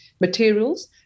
materials